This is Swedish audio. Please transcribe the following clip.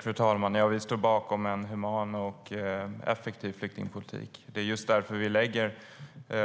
Fru talman! Vi står bakom en human och effektiv flyktingpolitik. Det är just därför vi lägger